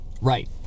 Right